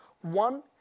One